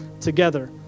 together